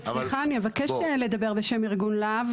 אבקש לדבר בשם ארגון לה"ב